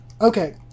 Okay